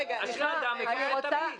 משפטים בוועדת הכספים.